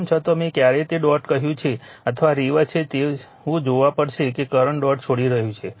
તેમ છતાં મેં ક્યાંક તે ડોટ કહ્યું છે અથવા રિવર્સ છે તે જોવું પડશે કે કરંટ ડોટ છોડી રહ્યું છે